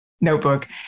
notebook